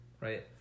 right